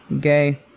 Gay